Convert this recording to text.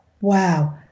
wow